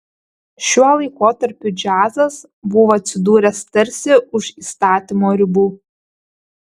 šiuo laikotarpiu džiazas buvo atsidūręs tarsi už įstatymo ribų